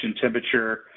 temperature